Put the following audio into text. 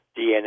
DNA